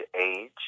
age